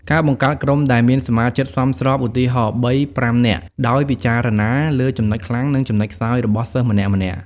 ការបង្កើតក្រុមដែលមានសមាជិកសមស្រប ឧទាហរណ៍ ៣-៥ នាក់ ដោយពិចារណាលើចំណុចខ្លាំង និងចំណុចខ្សោយរបស់សិស្សម្នាក់ៗ។